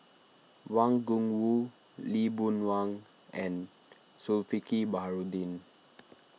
Wang Gungwu Lee Boon Wang and Zulkifli Baharudin